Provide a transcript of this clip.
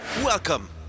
Welcome